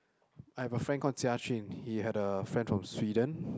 I have a friend call Jia Jun he had a friend from Sweden